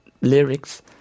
lyrics